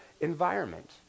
environment